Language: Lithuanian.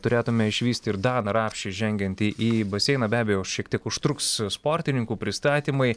turėtume išvysti ir daną rapšį žengiantį į baseiną be abejo šiek tiek užtruks sportininkų pristatymai